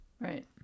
right